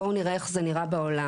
בואו נראה איך זה נראה בעולם.